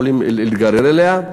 יכולים להיגרר אליהן.